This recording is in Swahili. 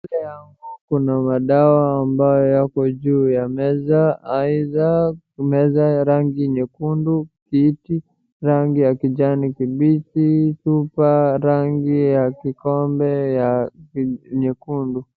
Mbele yangu kuna madawa ambayo yako juu ya meza, aidha meza ya rangi nyekundu, kiti rangi ya kijani kibichi, chupa rangi ya kikombe ya nyekundu.